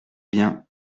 bien